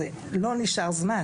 לא נשאר זמן